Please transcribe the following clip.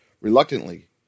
Reluctantly